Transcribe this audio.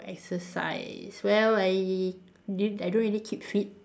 exercise well I dude I don't really keep fit